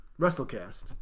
WrestleCast